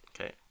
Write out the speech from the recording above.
Okay